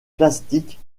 plastique